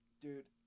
dude